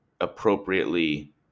appropriately